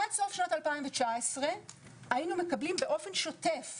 עד סוף שנת 2019 היינו מקבלים באופן שוטף